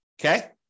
okay